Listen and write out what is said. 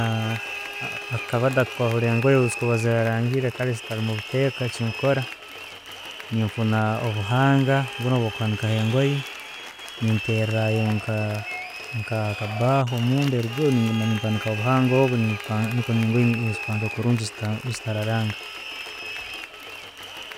Akakabada akakwahura engoye ezirarangile kale zitalmu mubuteka, kyenkukora, nenfuna obuhanga buno bwokwanikaho engoye, nentereyo nka- nka akabaho munda nempanikayo obuhanga obwo nikwo engoye nzipanga kurungi zita zitararanga.